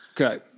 Okay